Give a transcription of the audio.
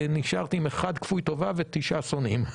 נשארתי עם אחד כפוי טובה ותשעה שונאים.